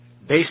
based